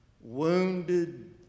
wounded